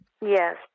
Yes